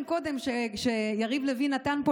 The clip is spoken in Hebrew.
אתה לא היית כאן קודם כשיריב לוין נתן פה